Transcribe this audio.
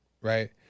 right